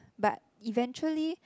but eventually